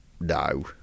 No